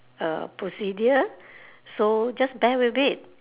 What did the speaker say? uh procedure so just bear with it